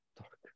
dark